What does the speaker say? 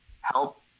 help